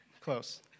Close